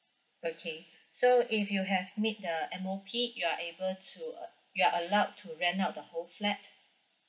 okay so if you have meet the M_O_P you are able to uh you are allowed to rent out the whole flat